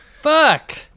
fuck